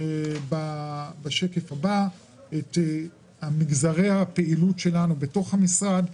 בשקף הבא את מגזרי הפעילות שלנו בתוך המשרד,